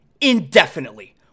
indefinitely